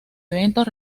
eventos